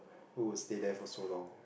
who will stay there for so long